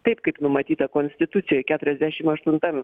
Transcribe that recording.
taip kaip numatyta konstitucijoj keturiasdešimt aštuntam